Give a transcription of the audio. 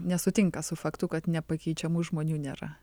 nesutinka su faktu kad nepakeičiamų žmonių nėra